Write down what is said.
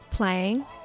playing